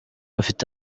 afite